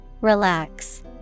Relax